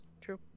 True